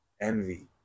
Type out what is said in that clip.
envy